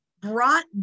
brought